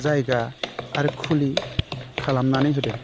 जायगा आरो खुलि खालामनानै होदों